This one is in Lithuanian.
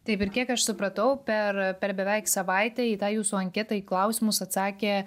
taip ir kiek aš supratau per per beveik savaitę į tą jūsų anketą į klausimus atsakė